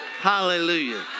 hallelujah